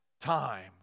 time